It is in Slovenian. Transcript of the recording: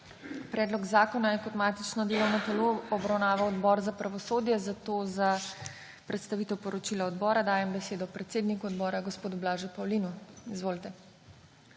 Predlog zakona je kot matično delovno telo obravnaval Odbor za pravosodje, zato za predstavitev poročila odbora dajem besedo predsedniku odbora gospodu Blažu Pavlinu. Izvolite.